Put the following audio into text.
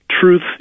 truth